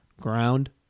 Ground